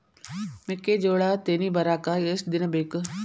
ಮೆಕ್ಕೆಜೋಳಾ ತೆನಿ ಬರಾಕ್ ಎಷ್ಟ ದಿನ ಬೇಕ್?